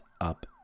up